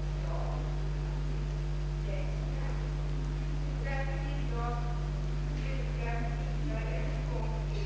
i skrivelse till Kungl. Maj:t begära tillsättandet av en kriminalpolitisk kommitté